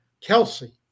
Kelsey